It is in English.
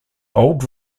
old